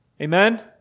Amen